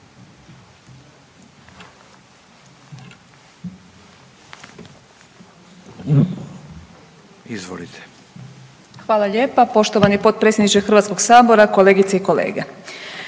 (SDP)** Hvala lijepa poštovani potpredsjedniče HS, kolegice i kolege.